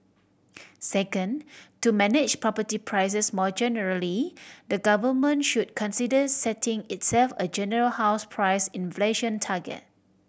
second to manage property prices more generally the government should consider setting itself a general house price inflation target